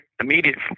immediate